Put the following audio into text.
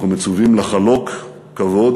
אנחנו מצווים לחלוק כבוד